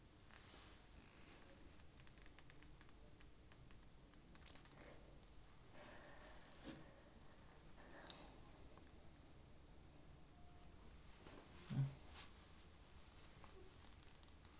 mm